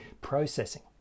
processing